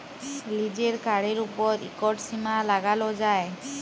লিজের কাড়ের উপর ইকট সীমা লাগালো যায়